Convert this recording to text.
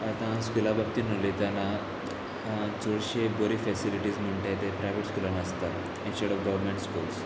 आतां स्कुला बाबतींत उलयतना चडशी बरी फेसिलिटीज म्हणटा ते प्रायवेट स्कुलान आसता इंस्टेड ऑफ गव्हर्मेंट स्कुल्स